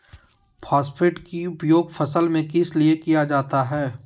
Phosphate की उपयोग फसल में किस लिए किया जाता है?